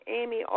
Amy